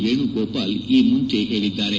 ವೇಣುಗೋಪಾಲ್ ಈ ಮುಂಚೆ ಹೇಳಿದ್ದಾರೆ